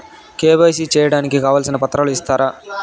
KYC సేయడానికి కావాల్సిన పత్రాలు ఇస్తారా?